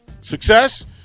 Success